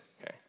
okay